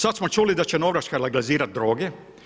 Sad smo čuli da će Norveška legalizirati droge.